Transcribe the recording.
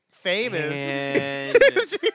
famous